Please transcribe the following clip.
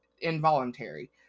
involuntary